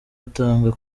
atanga